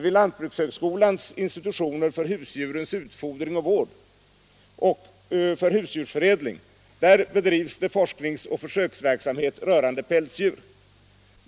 Vid lantbrukshögskolans institutioner för husdjurens utfodring och vård samt för husdjursförädling bedrivs forsknings och försöksverksamhet rörande pälsdjur.